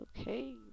okay